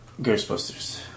Ghostbusters